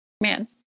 man